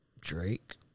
Drake